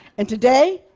and today,